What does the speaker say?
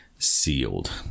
Sealed